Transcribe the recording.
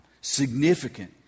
Significant